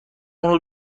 اونو